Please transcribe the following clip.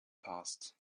passed